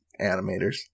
animators